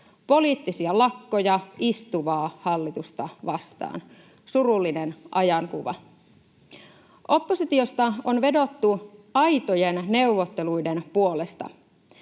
poliittisia lakkoja istuvaa hallitusta vastaan, surullinen ajankuva. Oppositiosta on vedottu aitojen neuvotteluiden puolesta.